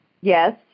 Yes